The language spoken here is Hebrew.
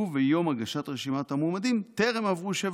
וביום הגשת רשימת המועמדים טרם עברו שבע